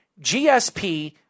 GSP